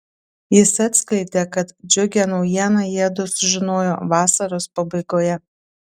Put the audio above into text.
jis atskleidė kad džiugią naujieną jiedu sužinojo vasaros pabaigoje